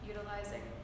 Utilizing